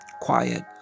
quiet